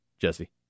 Jesse